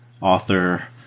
author